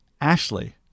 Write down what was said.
Ashley